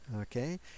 okay